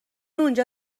اونجا